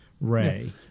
Ray